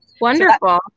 Wonderful